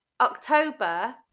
October